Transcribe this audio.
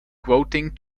quoting